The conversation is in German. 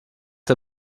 der